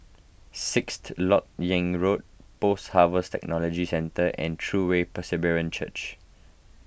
Sixth Lok Yang Road Post Harvest Technology Centre and True Way Presbyterian Church